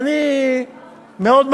סלומינסקי.